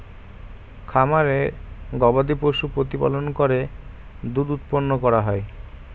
খামারে গবাদিপশু প্রতিপালন করে দুধ উৎপন্ন করা হয়